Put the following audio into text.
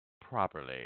properly